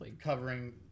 covering